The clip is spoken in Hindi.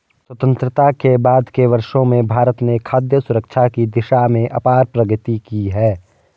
स्वतंत्रता के बाद के वर्षों में भारत ने खाद्य सुरक्षा की दिशा में अपार प्रगति की है